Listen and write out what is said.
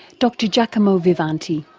dr giacomo vivanti.